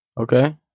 Okay